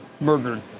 murdered